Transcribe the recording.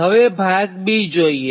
હવે ભાગ જોઇએ